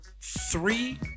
three